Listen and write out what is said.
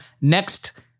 next